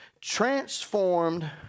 transformed